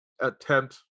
attempt